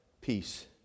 peace